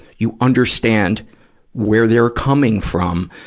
you understand where they're coming from,